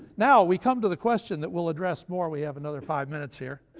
now, we come to the question that we'll address more. we have another five minutes here.